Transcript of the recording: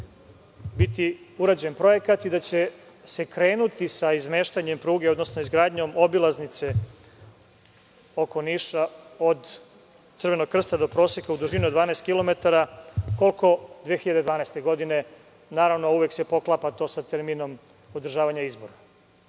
biti urađen projekat i da će se krenuti sa izmeštanjem pruge, odnosno izgradnjom obilaznice oko Niša od Crvenog krsta, u dužini od 12 km, koliko 2012. godine, a to se uvek poklapa naravno sa terminom održavanja izbora.U